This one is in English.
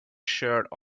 shirt